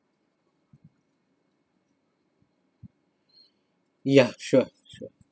ya sure sure